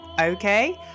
okay